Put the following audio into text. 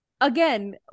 again